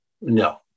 no